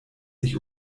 sich